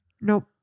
Nope